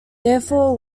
therefore